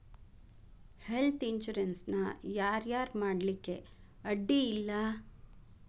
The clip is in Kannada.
ಹೆಲ್ತ್ ಇನ್ಸುರೆನ್ಸ್ ನ ಯಾರ್ ಯಾರ್ ಮಾಡ್ಸ್ಲಿಕ್ಕೆ ಅಡ್ಡಿ ಇಲ್ಲಾ?